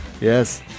yes